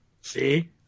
See